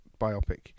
biopic